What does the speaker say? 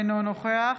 אינו נוכח